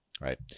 Right